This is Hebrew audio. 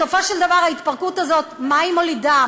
בסופו של דבר ההתפרקות הזאת, מה היא מולידה?